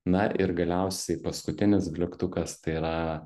na ir galiausiai paskutinis dvyliktukas tai yra